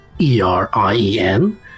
e-r-i-e-n